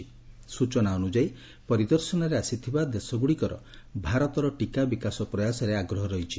ମିଳିଥିବା ସ୍କଚନା ଅନୁଯାୟୀ ପରିଦର୍ଶନରେ ଆସିଥିବା ଦେଶଗ୍ରଡ଼ିକର ଭାରତର ଟୀକା ବିକାଶ ପ୍ରୟାସରେ ଆଗ୍ରହ ରହିଛି